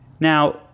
Now